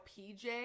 pj